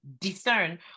discern